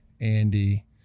Andy